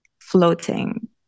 floating